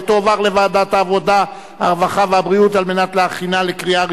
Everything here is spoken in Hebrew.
בוועדת העבודה, הרווחה והבריאות נתקבלה.